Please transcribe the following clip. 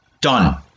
Done